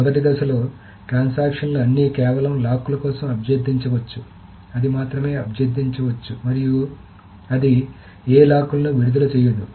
మొదటి దశలో ట్రాన్సాక్షన్ లు అన్నీ కేవలం లాక్ ల కోసం అభ్యర్థించవచ్చు అది మాత్రమే అభ్యర్థించవచ్చు మరియు అది ఏ లాక్లను విడుదల చేయదు